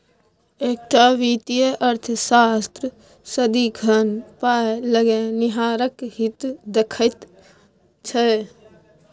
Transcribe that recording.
एकटा वित्तीय अर्थशास्त्री सदिखन पाय लगेनिहारक हित देखैत छै